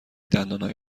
دندانهای